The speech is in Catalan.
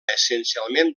essencialment